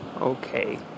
Okay